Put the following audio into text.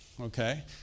okay